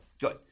Good